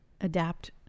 adapt